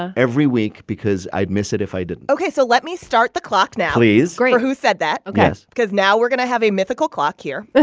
ah every week because i'd miss it if i didn't okay. ok. so let me start the clock now. please great. for who said that. ok. because now we're going to have a mythical clock here. but